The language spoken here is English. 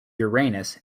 uranus